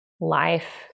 life